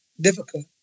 difficult